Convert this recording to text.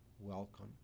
welcome